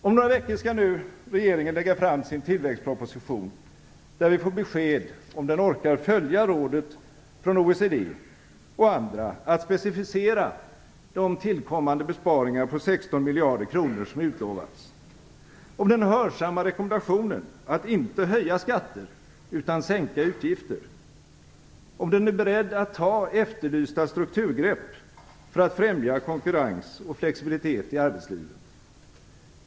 Om några veckor skall regeringen lägga fram sin tillväxtproposition, där vi får besked om den orkar följa rådet från OECD och andra att specificera de tillkommande besparingar på 16 miljarder kronor som utlovats, om den hörsammar rekommendationen att inte höja skatter utan sänka utgifter och om den är beredd att ta efterlysta strukturgrepp för att främja konkurrens och flexibilitet i arbetslivet.